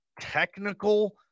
technical